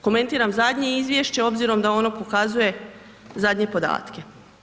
Komentiram zadnje izvješće obzirom da ono pokazuje zadnje podatke.